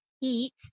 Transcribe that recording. eat